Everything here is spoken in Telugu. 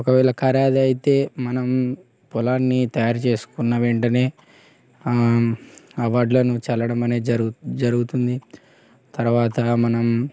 ఒకవేళ కార్యాలయితే మనం పొలాన్ని తయారు చేసుకున్న వెంటనే ఆ వడ్లను చల్లడం అనేది జరుగు జరుగుతుంది తర్వాత మనం